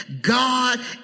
God